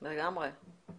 בדיוק, לגמרי.